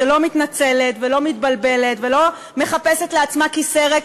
שלא מתנצלת ולא מתבלבלת ולא מחפשת לעצמה כיסא ריק